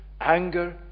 anger